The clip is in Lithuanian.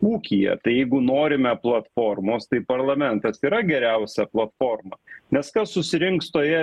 ūkyje tai jeigu norime platformos tai parlamentas yra geriausia platforma nes kas susirinks toje